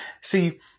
see